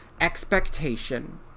expectation